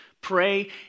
Pray